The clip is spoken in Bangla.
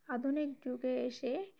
আধুনিক যুগে এসে